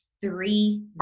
three